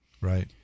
Right